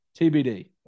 TBD